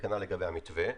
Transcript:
וכנ"ל לגבי המתווה,